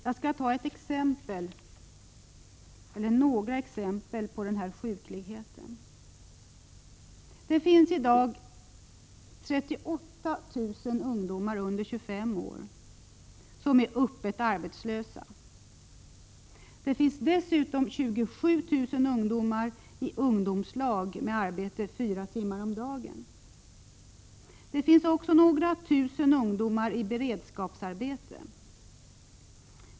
Jag skall ta några exempel på denna sjuklighet. Det finns i dag 38 000 ungdomar under 25 år som är öppet arbetslösa. Dessutom finns det 27 000 ungdomar i ungdomslag med arbete fyra timmar om dagen. Det finns också några tusen ungdomar i beredskapsarbete.